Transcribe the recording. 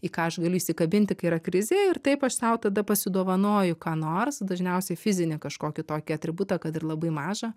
į ką aš galiu įsikabinti kai yra krizė ir taip aš sau tada pasidovanoju ką nors dažniausiai fizinį kažkokį tokį atributą kad ir labai mažą